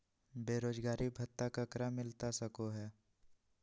बेरोजगारी भत्ता ककरा मिलता सको है?